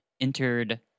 entered